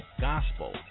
gospel